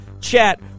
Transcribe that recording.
chat